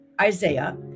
Isaiah